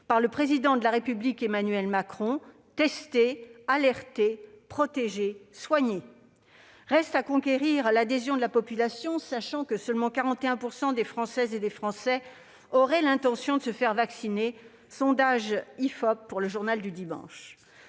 par le Président de la République, Emmanuel Macron :« Tester, alerter, protéger, soigner. » Reste à conquérir l'adhésion de la population, sachant que seulement 41 % des Françaises et des Français auraient l'intention de se faire vacciner, selon un sondage